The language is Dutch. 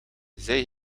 zij